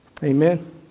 Amen